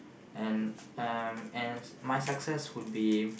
and um and my success would be